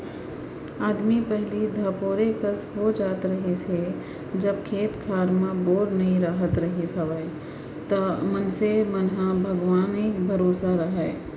आदमी पहिली धपोरे कस हो जात रहिस हे जब खेत खार म बोर नइ राहत रिहिस हवय त मनसे मन ह भगवाने भरोसा राहय